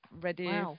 ready